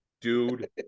Dude